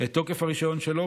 את תוקף הרישיון שלו.